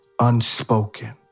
unspoken